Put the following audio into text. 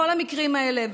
בכל המקרים הללו,